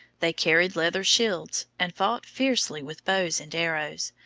they carried leather shields, and fought fiercely with bows and arrows,